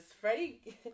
Freddie